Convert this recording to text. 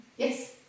Yes